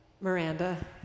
Miranda